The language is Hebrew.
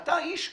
אתה איש מודע,